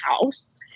house